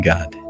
God